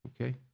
Okay